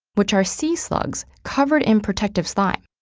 which are sea slugs covered in protective slime,